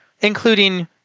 including